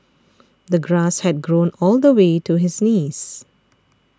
the grass had grown all the way to his knees